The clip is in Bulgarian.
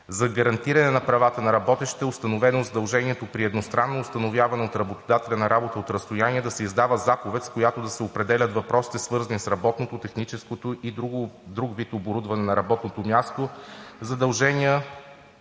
За гарантиране на правата на работещите е установено задължение при едностранно установяване от работодателя на работа от разстояние да се издава заповед, в която да се определят въпросите, свързани с работното, техническото и друг вид оборудване на работното място,